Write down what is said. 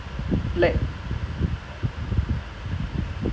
he legit like the the previous generation